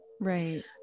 Right